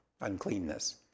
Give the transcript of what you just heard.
uncleanness